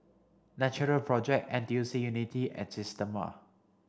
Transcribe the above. Natural project N T U C Unity and Systema